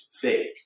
fake